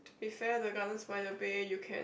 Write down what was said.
beside the garden-by-the-bay you can